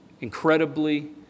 Incredibly